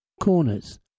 Corners